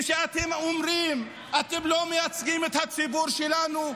וכשאתם אומרים: אתם לא מייצגים את הציבור שלכם,